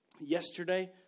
yesterday